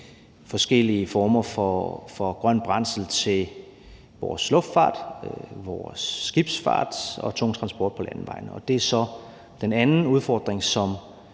forskellige former for grønt brændsel til vores luftfart, skibsfart og tunge transport på landevejene. Og det er så den anden udfordring, som